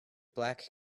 black